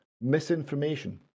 misinformation